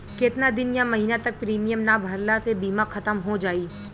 केतना दिन या महीना तक प्रीमियम ना भरला से बीमा ख़तम हो जायी?